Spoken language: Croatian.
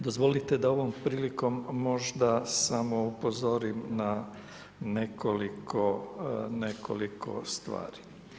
Dozvolite da ovom prilikom možda samo upozorim na nekoliko stvari.